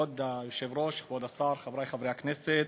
כבוד היושב-ראש, כבוד השר, חברי חברי הכנסת,